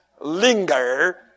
linger